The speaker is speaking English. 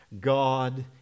God